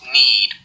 need